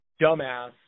dumbass